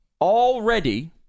already